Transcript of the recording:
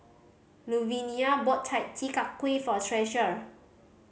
Luvinia brought Chi Kak Kuih for Treasure